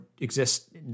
exist